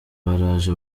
baraje